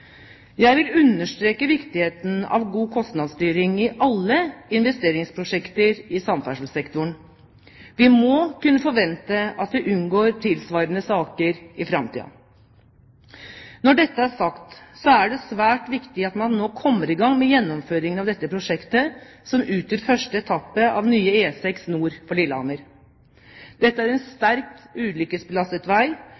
Jeg vil understreke viktigheten av god kostnadsstyring i alle investeringsprosjekter i samferdselssektoren. Vi må kunne forvente at vi unngår tilsvarende saker i framtiden. Når dette er sagt, er det svært viktig at man nå kommer i gang med gjennomføringen av dette prosjektet, som utgjør første etappe av nye E6 nord for Lillehammer. Dette er en